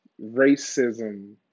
racism